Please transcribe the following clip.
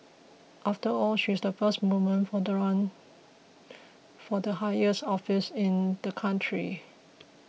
after all she's the first woman for the run for the highest office in the country